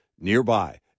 nearby